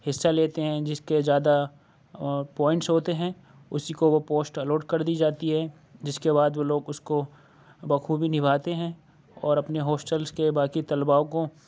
حصہ لیتے ہیں جس کے زیادہ پوائنٹس ہوتے ہیں اسی کو وہ پوسٹ الاٹ کر دی جاتی ہے جس کے بعد وہ لوگ اس کو بخوبی نبھاتے ہیں اور اپنے ہاسٹلس کے باقی طلبہ کو